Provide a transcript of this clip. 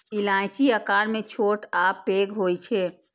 इलायची आकार मे छोट आ पैघ होइ छै